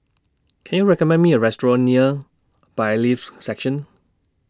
Can YOU recommend Me A Restaurant near Bailiffs' Section